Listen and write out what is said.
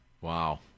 Wow